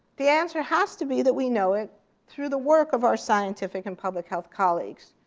the answer has to be that we know it through the work of our scientific and public health colleagues.